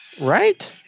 Right